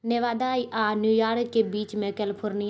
नेवादा आ न्यूयॉर्कके बीचमे कैलिफोर्निया अछि